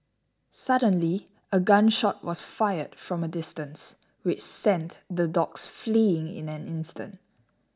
suddenly a gun shot was fired from a distance which sent the dogs fleeing in an instant